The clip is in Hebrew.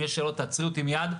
אם יש שאלות תעצרי אותי מייד.